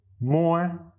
more